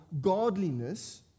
godliness